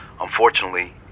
unfortunately